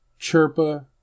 Chirpa